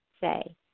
say